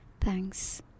Thanks